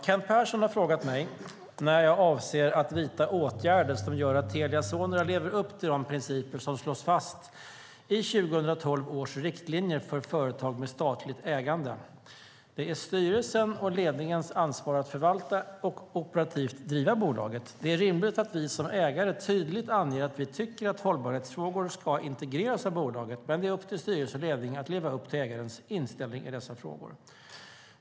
Kent Persson har frågat mig när jag avser att vidta åtgärder som gör att Telia Sonera lever upp till de principer som slås fast i 2012 års riktlinjer för företag med statligt ägande. Det är styrelsens och ledningens ansvar att förvalta och operativt driva bolaget. Det är rimligt att vi som ägare tydligt anger att vi tycker att hållbarhetsfrågor ska integreras av bolaget, men det är upp till styrelse och ledning att leva upp till ägarens inställning i dessa frågor.